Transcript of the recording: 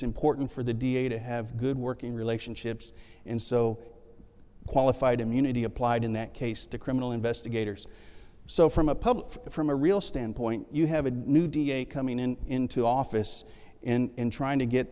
important for the d a to have good working relationships and so qualified immunity applied in that case to criminal investigators so from a public from a real standpoint you have a new d a coming in into office and trying to get